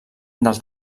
del